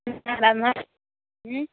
कितना दाम है ओ